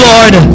Lord